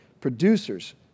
producers